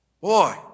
Boy